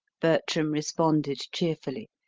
bertram responded cheerfully.